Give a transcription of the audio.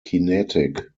kinetic